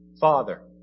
father